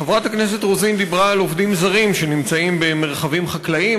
חברת הכנסת רוזין דיברה על עובדים זרים שנמצאים במרחבים חקלאיים,